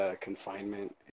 Confinement